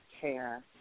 care